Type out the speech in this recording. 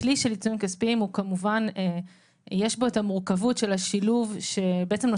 הכלי של עיצומים כספיים יש בו המורכבות של השילוב שנותן